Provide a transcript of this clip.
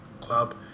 club